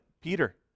Peter